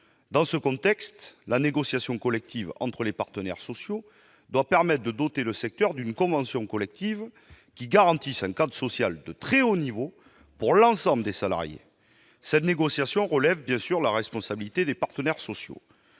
Dans ce contexte, la négociation collective entre les partenaires sociaux doit permettre de doter le secteur d'une convention collective qui garantisse un cadre social de très haut niveau pour l'ensemble des salariés. Cette négociation relève bien sûr de la responsabilité des partenaires sociaux.